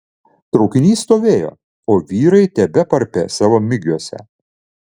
traukinys stovėjo o vyrai tebeparpė savo migiuose